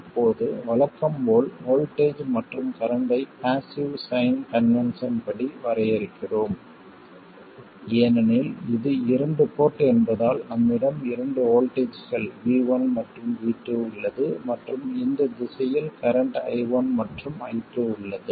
இப்போது வழக்கம் போல் வோல்ட்டேஜ் மற்றும் கரண்ட்டை பாஸ்ஸிவ் சைன் கன்வென்ஷன்படி வரையறுக்கிறோம் ஏனெனில் இது இரண்டு போர்ட் என்பதால் நம்மிடம் இரண்டு வோல்ட்டேஜ்கள் V1 மற்றும் V2 உள்ளது மற்றும் இந்த திசையில் கரண்ட் I1 மற்றும் I2 உள்ளது